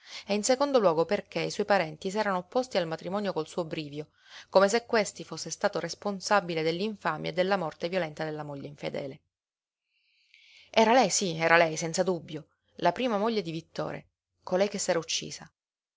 e in secondo luogo perché i suoi parenti s'erano opposti al matrimonio suo col brivio come se questi fosse stato responsabile dell'infamia e della morte violenta della moglie infedele era lei sí era lei senza dubbio la prima moglie di vittore colei che s'era uccisa